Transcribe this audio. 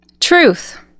Truth